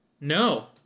No